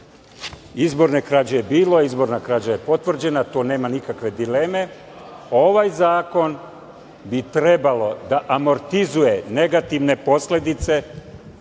Izborne krađe je bilo, izborna krađa je potvrđena, to nema nikakve dileme. Ovaj zakon bi trebalo da amortizuje negativne posledice